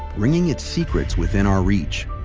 bringing its secrets within our reach.